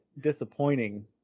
disappointing